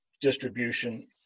distribution